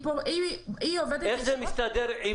איך זה מסתדר?